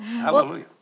Hallelujah